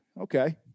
okay